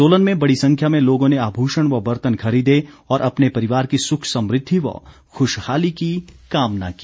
सोलन में बड़ी संख्या में लोगों ने आभूषण व बर्तन खरीदे और अपने परिवार की सुख समृद्धि व खुशहाली की कामना की